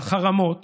החרמות